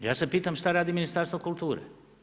Ja se pitam šta radi Ministarstvo kulture?